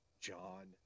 John